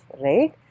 right